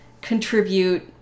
contribute